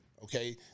Okay